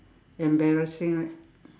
embarrassing right